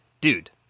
dude